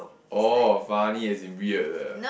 orh funny as in weird ah